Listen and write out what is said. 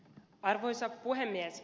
arvoisa puhemies